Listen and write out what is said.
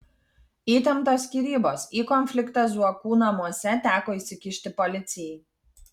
įtemptos skyrybos į konfliktą zuokų namuose teko įsikišti policijai